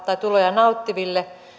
nauttiville